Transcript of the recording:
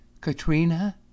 Katrina